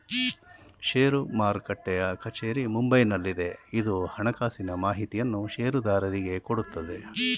ಷೇರು ಮಾರುಟ್ಟೆಯ ಕಚೇರಿ ಮುಂಬೈನಲ್ಲಿದೆ, ಇದು ಹಣಕಾಸಿನ ಮಾಹಿತಿಯನ್ನು ಷೇರುದಾರರಿಗೆ ಕೊಡುತ್ತದೆ